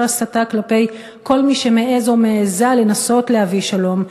הסתה כלפי כל מי שמעז או מעזה לנסות להביא שלום,